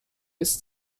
bis